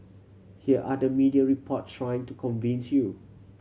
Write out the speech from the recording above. here are the media report trying to convince you